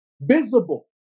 visible